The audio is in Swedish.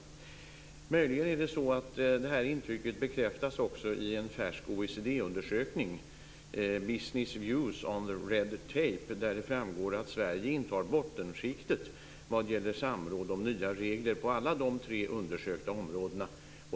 Det är möjligen så att det här intrycket också bekräftas i en färsk OECD-undersökning, Business' views on Red Tape, där det framgår att Sverige befinner sig i bottenskiktet vad gäller samråd om nya regler på alla de tre undersökta områdena.